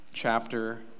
chapter